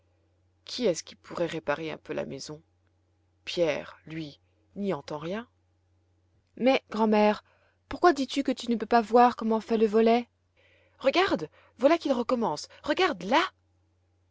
qui est-ce qui pourrait réparer un peu la maison pierre lui n'y entend rien mais grand'mère pourquoi dis-tu que tu ne peux pas voir comment fait le volet regarde voilà qu'il recommence regarde là